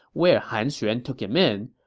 where han xuan took him in.